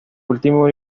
último